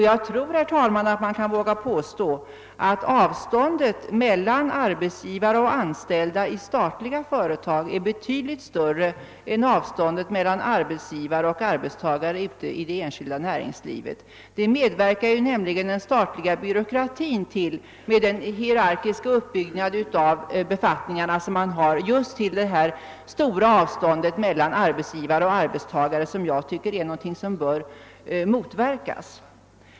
Jag tror, herr talman, att man kan våga påstå att avståndet mellan arbetsgivare och anställda i statliga företag är betydligt större än inom det enskilda näringslivet, Den statliga byråkratin med den hierarkiska uppbyggnaden av befattningarna medverkar till just detta stora avstånd mellan arbetsgivare och arbetstagare, som jag tycker bör motverkas.